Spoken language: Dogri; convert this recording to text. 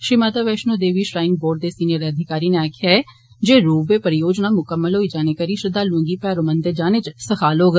श्री माता वैष्णो देवी श्राइन बोर्ड दे सिनियर अधिकारी नै आक्खेआ ऐ जे रोपवे परियोजना मुकम्मल होई जाने करी श्रद्वालुए गी मैरो मंदर जाने च सखाल होग